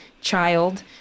child